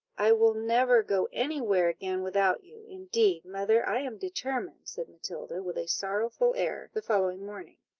i will never go any where again without you, indeed, mother, i am determined, said matilda, with a sorrowful air, the following morning.